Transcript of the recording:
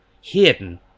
hidden